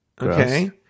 Okay